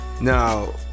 now